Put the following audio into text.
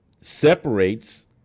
separates